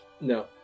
No